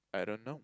I don't know